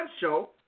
show